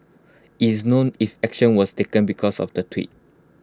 IT is known if action was taken because of the tweet